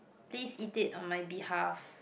please eat it on my behalf